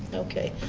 okay.